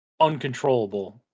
uncontrollable